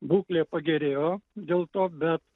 būklė pagerėjo dėl to bet